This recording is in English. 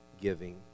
giving